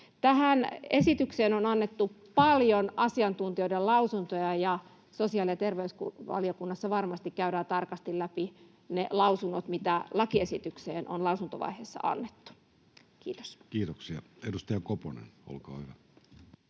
Tähän esitykseen on annettu paljon asiantuntijoiden lausuntoja, ja sosiaali- ja terveysvaliokunnassa varmasti käydään tarkasti läpi ne lausunnot, mitä lakiesitykseen on lausuntovaiheessa annettu. — Kiitos. Kiitoksia. — Edustaja Koponen, olkaa hyvä.